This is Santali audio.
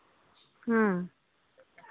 ᱦᱮᱸ